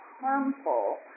harmful